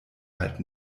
halt